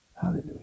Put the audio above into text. Hallelujah